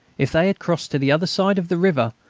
if they had crossed to the other side of the river,